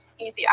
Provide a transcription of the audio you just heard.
easy